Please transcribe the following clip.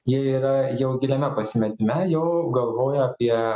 jie yra jau giliame pasimetime jau galvoja apie